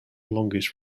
longest